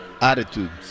attitudes